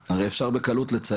של דבר במחוז ולא מסתפקים